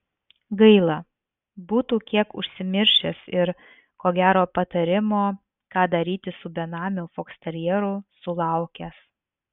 gaila būtų kiek užsimiršęs ir ko gero patarimo ką daryti su benamiu foksterjeru sulaukęs